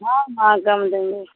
हाँ हाँ कम देंगे